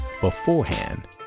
beforehand